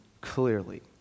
Clearly